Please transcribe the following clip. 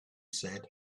said